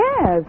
Yes